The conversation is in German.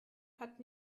hat